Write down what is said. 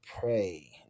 pray